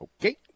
Okay